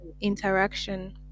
interaction